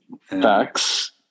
Facts